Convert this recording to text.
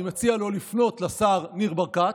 אני מציע לו לפנות לשר ניר ברקת,